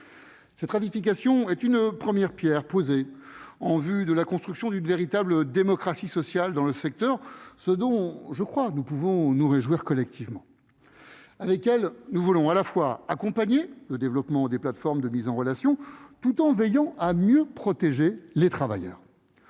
Cette ratification est une première pierre posée en vue de la construction d'une véritable démocratie sociale dans le secteur, ce dont nous pouvons nous réjouir collectivement. Avec elle, nous voulons accompagner le développement des plateformes de mise en relation, tout en veillant à mieux protéger leurs travailleurs.